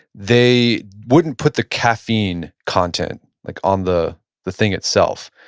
they wouldn't put the caffeine content like on the the thing itself.